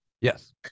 Yes